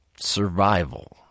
survival